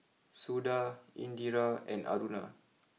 Suda Indira and Aruna